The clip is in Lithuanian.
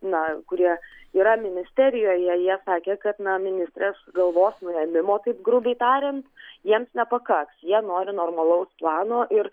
na kurie yra ministerijoje jie sakė kad na ministrės galvos nuėmimo taip grubiai tariant jiems nepakaks jie nori normalaus plano ir